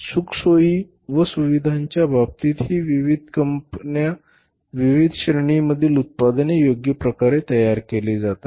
सुखसोयी व सुविधांच्या बाबतीतही विविध श्रेणीतील उत्पादने योग्य प्रकारे तयार केली जातात